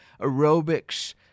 aerobics